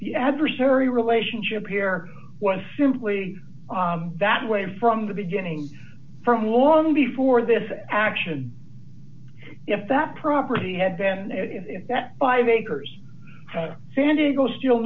the adversary relationship here was simply that way from the beginning from long before this action if that property had been if that five acres san diego still